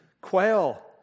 quail